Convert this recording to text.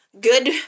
good